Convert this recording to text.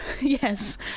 Yes